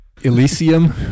Elysium